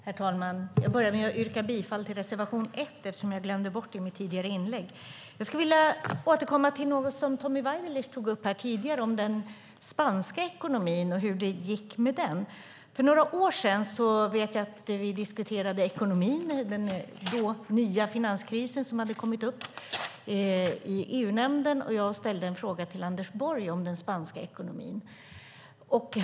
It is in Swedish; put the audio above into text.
Herr talman! Jag börjar med att yrka bifall till reservation 1, eftersom jag glömde bort det i mitt tidigare inlägg. Jag skulle vilja återkomma till något som Tommy Waidelich tog upp här tidigare: den spanska ekonomin och hur det gick med den. För några år sedan diskuterade vi i EU-nämnden ekonomin under den då nya finanskris som kommit. Jag ställde en fråga till Anders Borg om den spanska ekonomin.